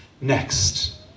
next